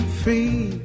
free